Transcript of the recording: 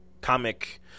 comic